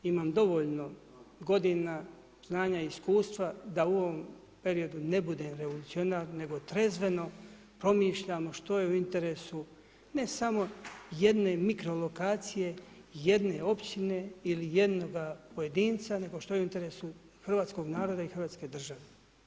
Imam dovoljno godina, znanja i iskustva da u ovom periodu ne bude revolucionar nego trezveno promišljamo što je u interesu ne samo jedne mikrolokacije, jedne općine ili jednoga pojedinca nego što je u interesu hrvatskog naroda i hrvatske države.